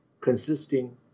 consisting